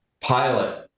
pilot